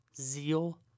zeal